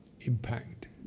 impact